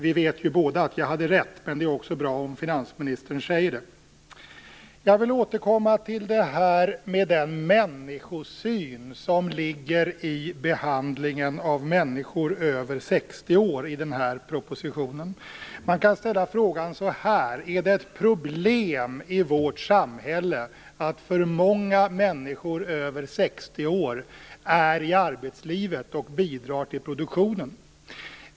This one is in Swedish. Vi vet ju båda att jag hade rätt, men det är bra om finansministern också säger det. Jag vill återkomma till den människosyn i propositionen som ligger i behandlingen av människor över 60 år. Man kan ställa frågan så här: Är det ett problem i vårt samhälle att för många människor över 60 år är i arbetslivet och bidrar till produktionen?